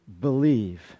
believe